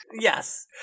yes